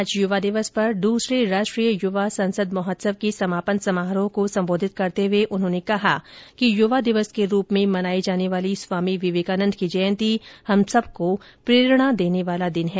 आज युवा दिवस पर दूसरे राष्ट्रीय युवा संसद महोत्सव के समापन समारोह को संबोधित करते हुए उन्होंने कहा कि युवा दिवस के रूप में मनाई जाने वाली स्वामी विवेकानंद की जयंती हम सबको प्रेरणा देने वाला दिन है